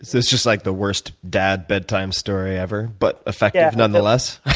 it's it's just like the worst dad bedtime story ever, but effective nonetheless?